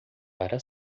para